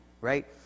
right